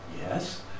Yes